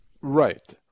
Right